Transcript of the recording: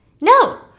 No